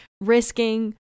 risking